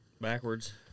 Backwards